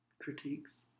critiques